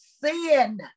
sin